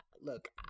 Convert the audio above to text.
look